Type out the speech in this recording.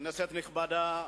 כנסת נכבדה,